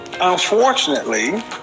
unfortunately